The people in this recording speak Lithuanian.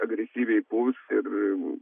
agresyviai puls ir